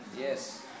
Yes